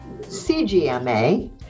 CGMA